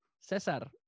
cesar